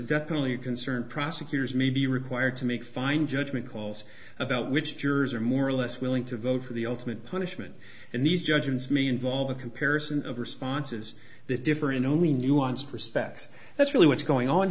you concerned prosecutors may be required to make fine judgment calls about which jurors are more or less willing to vote for the ultimate punishment and these judgments me involve a comparison of responses that differ in only nuanced respects that's really what's going on